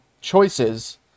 choices